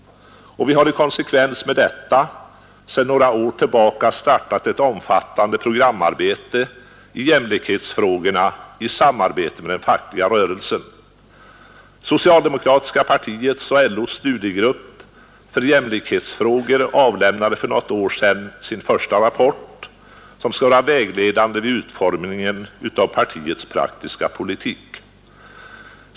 Och vi har i konsekvens med detta sedan några år tillbaka startat ett omfattande programarbete i jämlikhetsfrågorna i samarbete med den fackliga rörelsen. Socialdemokratiska partiets och LO:s studiegrupp för jämlikhetsfrågor avlämnade för något år sedan sin första rapport, som skall vara vägledande vid utformningen av partiets praktiska politik.